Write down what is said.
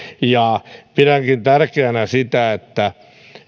pidänkin tärkeänä sitä että